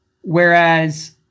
whereas